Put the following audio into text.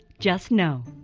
just know.